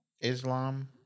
Islam